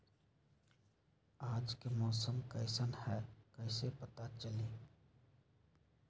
आज के मौसम कईसन हैं कईसे पता चली?